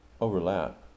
overlap